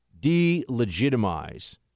delegitimize